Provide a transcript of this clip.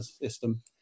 system